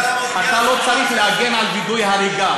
בכל אופן, לאחר דיון